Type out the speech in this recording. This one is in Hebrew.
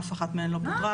אף אחת מהן לא פוטרה.